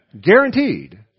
Guaranteed